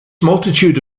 multitude